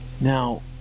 now